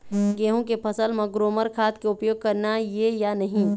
गेहूं के फसल म ग्रोमर खाद के उपयोग करना ये या नहीं?